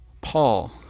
paul